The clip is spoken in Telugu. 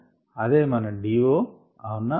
అదే మన DO అవునా